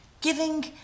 giving